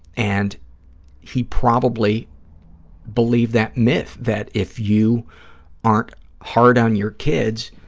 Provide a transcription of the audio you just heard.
and he probably believed that myth, that if you aren't hard on your kids,